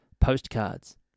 Postcards